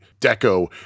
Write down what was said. Deco